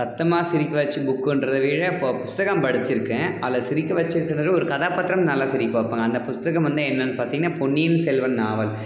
சத்தமாக சிரிக்க வைச்ச புக்குன்றதை விட இப்போ புஸ்தகம் படிச்சுருக்கேன் அதில் சிரிக்க வெச்சுருக்கறது ஒரு கதாபாத்திரம் நல்லா சிரிக்க வைப்பாங்க அந்த புஸ்தகம் வந்து என்னென்னு பார்த்தீங்கன்னா பொன்னியின் செல்வன் நாவல்